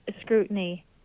scrutiny